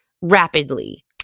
rapidly